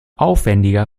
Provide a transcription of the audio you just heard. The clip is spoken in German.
aufwendiger